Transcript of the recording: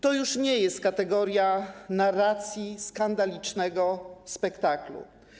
To już nie jest kategoria narracji skandalicznego spektaklu.